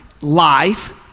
life